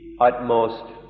utmost